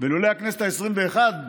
ולולא הכנסת העשרים-ואחת,